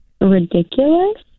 ridiculous